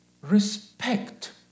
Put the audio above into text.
Respect